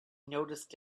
noticed